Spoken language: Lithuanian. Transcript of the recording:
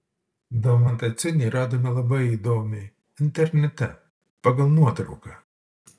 daumantą ciunį radome labai įdomiai internete pagal nuotrauką